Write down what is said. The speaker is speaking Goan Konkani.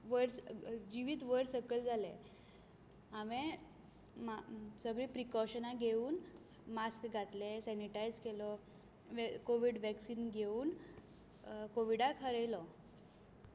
वयर जिवीत वयर सकयल जालें हांवें सगळीं प्रिकोशना घेवन मास्क घातलें सॅनिटायझ केलो कोविड वॅक्सीन घेवन कोविडाक हरयलो